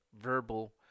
verbal